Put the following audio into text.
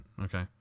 Okay